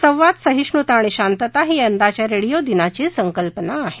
संवाद सहिष्णुता आणि शांतता ही यंदाच्या रेडियो दिनाची संकल्पना आहे